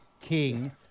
King